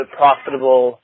profitable